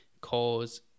cause